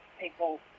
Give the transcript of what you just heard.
people